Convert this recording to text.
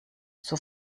zur